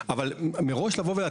ואם צריך גם לחדד נוסח כדי שנסביר,